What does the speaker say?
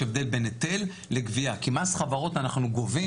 יש הבדל בין היטל לגבייה כי מס חברות אנחנו גובים.